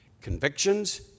convictions